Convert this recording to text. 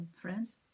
friends